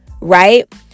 right